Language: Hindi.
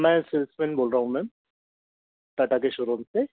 मैं सेल्समैन बोल रहा हूॅं मैम टाटा के शोरूम से